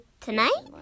Tonight